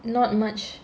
not much